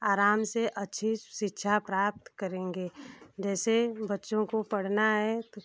आराम से अच्छी शिक्षा प्राप्त करेंगे जैसे बच्चों को पढ़ना है तो